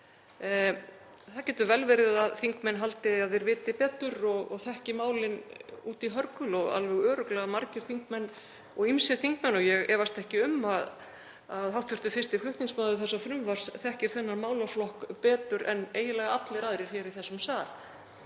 Það getur vel verið að þingmenn haldi að þeir viti betur og þekki málin út í hörgul og alveg örugglega margir þingmenn og ýmsir þingmenn, og ég efast ekki um að hv. fyrsti flutningsmaður þessa frumvarps þekki þennan málaflokk betur en eiginlega allir aðrir í þessum sal,